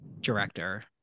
director